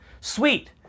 Sweet